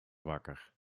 wakker